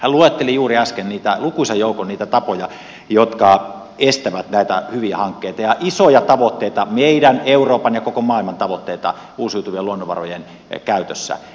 hän luetteli juuri äsken lukuisan joukon niitä tapoja jotka estävät näitä hyviä hankkeita ja isoja tavoitteita meidän euroopan ja koko maailman tavoitteita uusiutuvien luonnonvarojen käytössä